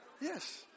Yes